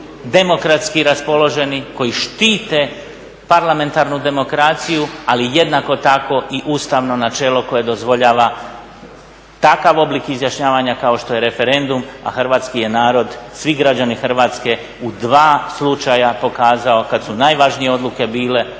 demokratski raspoloženi, koji štite parlamentarnu demokraciju, ali jednako tako i ustavno načelo koje dozvoljava takav oblik izjašnjavanja kao što je referendum, a Hrvatski je narod, svi građani Hrvatske u dva slučaja pokazao kad su najvažnije odluke bile